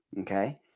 okay